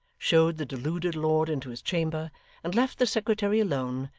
showed the deluded lord into his chamber and left the secretary alone,